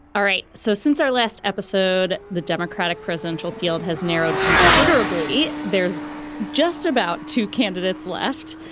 all right. so since our last episode, the democratic presidential field has narrowed considerably. there's just about two candidates left.